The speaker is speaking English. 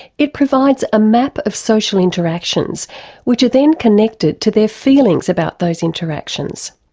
it provides a map of social interactions which are then connected to their feelings about those interactions.